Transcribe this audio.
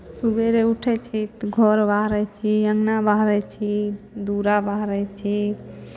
सवेरे उठै छी तऽ घर बाहरै छी अङना बाहरै छी दुअरा बाहरै छी